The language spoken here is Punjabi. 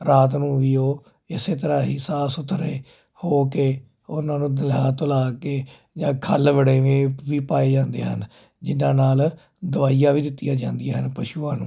ਰਾਤ ਨੂੰ ਵੀ ਉਹ ਇਸੇ ਤਰ੍ਹਾਂ ਹੀ ਸਾਫ ਸੁਥਰੇ ਹੋ ਕੇ ਉਹਨਾਂ ਨੂੰ ਨਹਲਾ ਧੁਲਾ ਕੇ ਜਾਂ ਖੱਲ੍ਹ ਵੜੇਵੇ ਵੀ ਪਾਏ ਜਾਂਦੇ ਹਨ ਜਿਹਨਾਂ ਨਾਲ ਦਵਾਈਆਂ ਵੀ ਦਿੱਤੀਆਂ ਜਾਂਦੀਆਂ ਪਸ਼ੂਆਂ ਨੂੰ